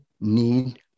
need